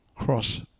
cross